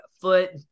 foot